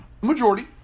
Majority